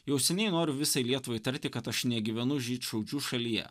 jau seniai noriu visai lietuvai tarti kad aš negyvenu žydšaudžių šalyje